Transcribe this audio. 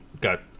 got